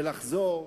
ולחזור.